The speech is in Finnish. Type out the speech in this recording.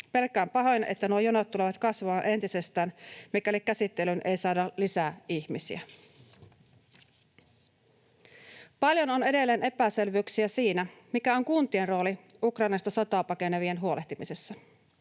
Pelkään pahoin, että nuo jonot tulevat kasvamaan entisestään, mikäli käsittelyyn ei saada lisää ihmisiä. Paljon on edelleen epäselvyyksiä siinä, mikä on kuntien rooli Ukrainasta sotaa pakenevista huolehtimisessa.